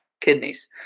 kidneys